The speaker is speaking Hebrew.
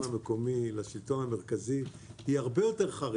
המקומי לשלטון המרכזי והיא הרבה יותר חריפה,